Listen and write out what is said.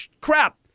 crap